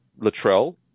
Latrell